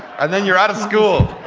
and then you're out of school.